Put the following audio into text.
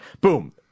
Boom